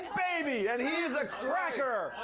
baby and he is a cracker.